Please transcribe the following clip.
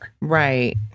Right